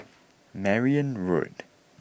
Merryn Road